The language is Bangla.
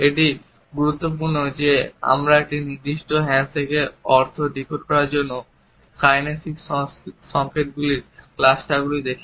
এটি গুরুত্বপূর্ণ যে আমরা একটি নির্দিষ্ট হ্যান্ডশেকের অর্থ ডিকোড করার জন্য কাইনেসিক্স সংকেতগুলির ক্লাস্টারগুলি দেখি